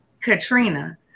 Katrina